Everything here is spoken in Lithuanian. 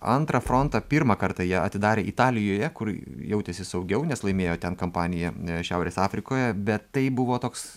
antrą frontą pirmą kartą jie atidarė italijoje kur jautėsi saugiau nes laimėjo ten kampaniją šiaurės afrikoje bet tai buvo toks